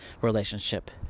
relationship